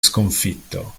sconfitto